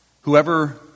Whoever